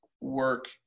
work